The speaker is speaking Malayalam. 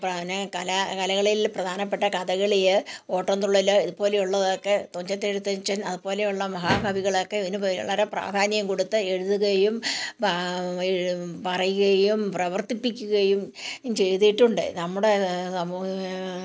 കല കലകളിൽ പ്രധാനപ്പെട്ട കഥകളി ഓട്ടൻതുള്ളൽ ഇതുപോലെ ഉള്ളതൊക്കെ തുഞ്ചത്ത് എഴുത്തച്ഛൻ അതുപോലെയുള്ള മഹാകവികളൊക്കെ ഇതിന് വളരെ പ്രാധാന്യം കൊടുത്ത് എഴുതുകയും പറയുകയും പ്രവർത്തിപ്പിക്കുകയും ചെയ്തിട്ടുണ്ട് നമ്മുടെ സമൂഹ